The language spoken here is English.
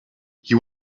you